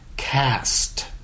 Cast